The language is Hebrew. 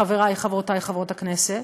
חברי, חברותי חברות הכנסת,